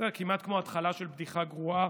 כמעט כמו התחלה של בדיחה גרועה,